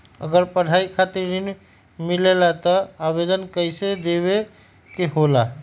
अगर पढ़ाई खातीर ऋण मिले ला त आवेदन कईसे देवे के होला?